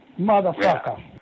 motherfucker